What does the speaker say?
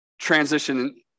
transition